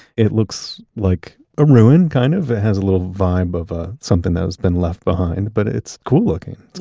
it looks like a ruin kind of. it has a little vibe of ah something that has been left behind, but it's cool looking.